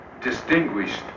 distinguished